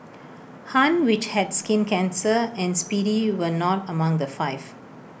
han which had skin cancer and speedy were not among the five